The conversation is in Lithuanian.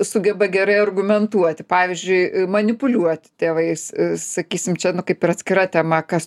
sugeba gerai argumentuoti pavyzdžiui manipuliuoti tėvais sakysim čia nu kaip ir atskira tema kas